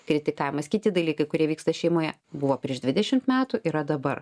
kritikavimas kiti dalykai kurie vyksta šeimoje buvo prieš dvidešimt metų yra dabar